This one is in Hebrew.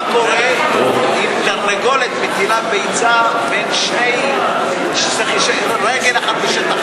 מה קורה אם תרנגולת מטילה ביצה כשרגל אחת בשטח